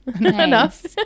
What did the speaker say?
Enough